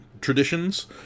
traditions